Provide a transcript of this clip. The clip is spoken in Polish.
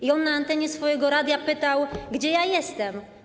I on na antenie swojego radia pytał: Gdzie ja jestem?